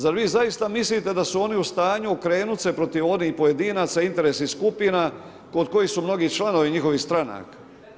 Zar vi zaista mislite da su oni u stanju okrenut se protiv onih pojedinaca interesnih skupina kod kojih su mnogi članovi njihovih stranaka?